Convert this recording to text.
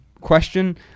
question